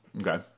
okay